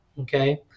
okay